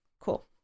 Cool